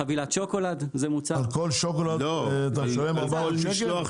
חבילת שוקולד זה מוצר --- על חבילת שוקולד אתה משלם 400 שקלים?